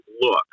look